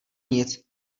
nic